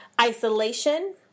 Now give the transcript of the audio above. isolation